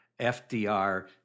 FDR